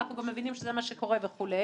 אנחנו גם מבינים שזה מה שקורה וכו'.